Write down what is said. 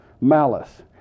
malice